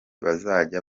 bazajya